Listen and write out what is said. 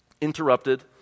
interrupted